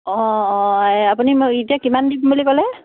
অঁ অঁ এই আপুনি মোক এতিয়া কিমান দিম বুলি ক'লে